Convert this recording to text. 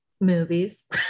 movies